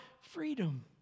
freedom